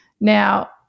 now